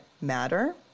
matter